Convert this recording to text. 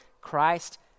christ